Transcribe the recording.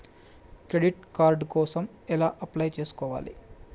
Credit card కోసం ఎలా apply చేసుకోవాలి?